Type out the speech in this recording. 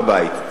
בבית,